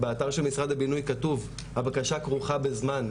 באתר של משרד הבינוי כתוב, הבקשה כרוכה בזמן,